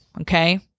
Okay